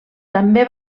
també